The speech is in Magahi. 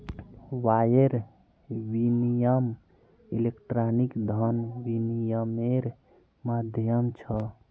वायर विनियम इलेक्ट्रॉनिक धन विनियम्मेर माध्यम छ